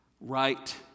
Right